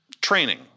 training